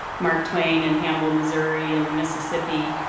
mark twain and hannibal, missouri and the mississippi.